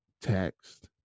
text